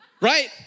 Right